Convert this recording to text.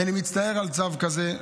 כי אני מצטער על צו כזה,